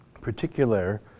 particular